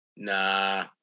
Nah